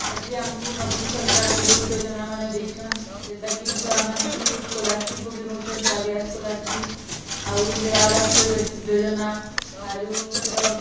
ଆଜି ଆମ୍କୁ ନବୀନ୍ ସରକାର୍ ବହୁତ୍ ଯୋଜନାମାନେ ଦେଇଛନ୍ ଯେନ୍ତାକି ଛୁଆମାନଙ୍କୁ ସ୍କଲାରସିପ୍ ପକେଇ ନେଉଛନ୍ କାଲିଆ ସ୍କଲାରସିପ୍ ଆଉ ଇନ୍ଦିରା ଆବାସ୍ ଯୋଜନା ଆରୁ ଫିର